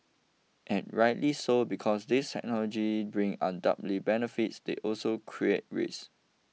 and rightly so because these technology bring undoubted benefits they also create risk